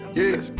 yes